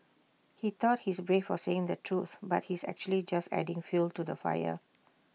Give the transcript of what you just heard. he thought he's brave for saying the truth but he's actually just adding fuel to the fire